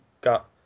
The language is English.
got